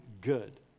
good